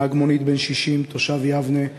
נהג מונית בן 60 תושב יבנה,